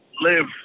live